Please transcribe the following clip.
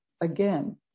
Again